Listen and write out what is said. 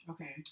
Okay